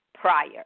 prior